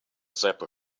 zebra